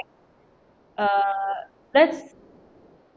uh that's